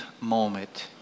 moment